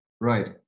right